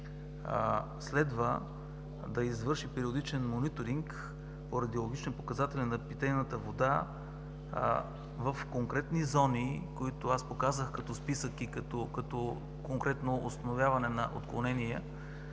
следва да извърши периодичен мониторинг по радиологични показатели на питейната вода в конкретни зони, които аз показах като списък и конкретно установяване на отклонения,